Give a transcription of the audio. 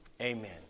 amen